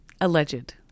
Alleged